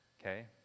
Okay